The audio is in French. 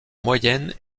moyennes